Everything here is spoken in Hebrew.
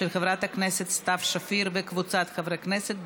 של חברת הכנסת סתיו שפיר וקבוצת חברי הכנסת,